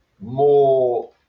more